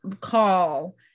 call